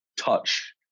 touch